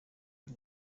y’u